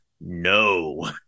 No